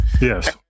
Yes